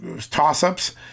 toss-ups